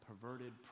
perverted